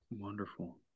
wonderful